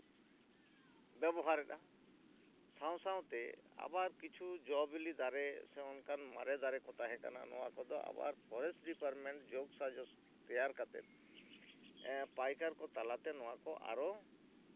ᱵᱮᱵᱚᱦᱟᱨᱮᱫᱼᱟ ᱥᱟᱶ ᱥᱟᱶᱛᱮ ᱟᱵᱟᱨ ᱠᱤᱪᱷᱩ ᱡᱚᱼᱵᱤᱞᱤ ᱫᱟᱨᱮ ᱚᱱᱠᱟᱱ ᱢᱟᱨᱮ ᱫᱟᱨᱮ ᱠᱚ ᱛᱟᱦᱮᱠᱟᱱᱟ ᱱᱚᱣᱟ ᱠᱚᱫᱚ ᱟᱵᱟᱨ ᱯᱷᱚᱨᱮᱥᱴ ᱰᱤᱯᱟᱨᱴᱢᱮᱱᱴ ᱡᱳᱜᱽ ᱥᱟ ᱡᱳᱜᱽ ᱛᱮᱭᱟᱨ ᱠᱟᱛᱮ ᱯᱟᱭᱠᱟᱨ ᱠᱚ ᱛᱟᱞᱟᱛᱮ ᱱᱚᱣᱟ ᱠᱚ ᱟᱨᱚ